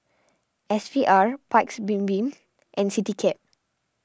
S V R Paik's Bibim and CityCab